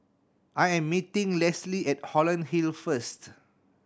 I am meeting Leslie at Holland Hill first